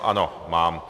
Ano, mám.